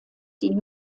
die